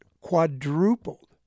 quadrupled